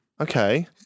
Okay